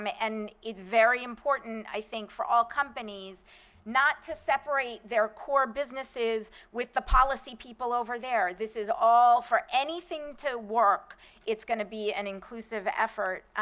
um ah it's very important, i think, for all companies not to separate their core businesses with the policy people over there. this is all for anything to work it's going to be an inclusive effort.